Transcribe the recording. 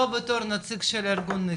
לא בתור נציג של ארגון "עתים".